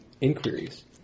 inquiries